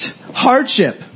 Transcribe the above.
hardship